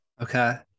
Okay